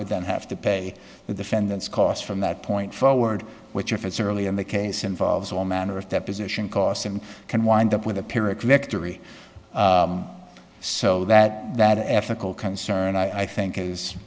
with them have to pay the defendant's costs from that point forward which if it's early in the case involves all manner of deposition costs and can wind up with a pyrrhic victory so that that ethical concern i think is